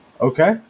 okay